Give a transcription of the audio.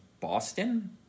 Boston